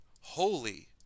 holy